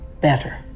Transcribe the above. better